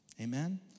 Amen